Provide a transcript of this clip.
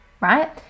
right